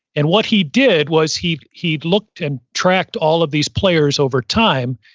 and what he did was he he looked and tracked all of these players over time,